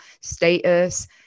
status